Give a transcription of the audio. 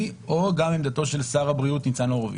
או גם עמדתו של שר הבריאות ניצן הורוביץ?